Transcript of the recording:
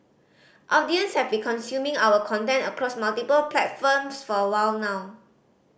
audience have been consuming our content across multiple platforms for a while now